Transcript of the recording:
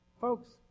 Folks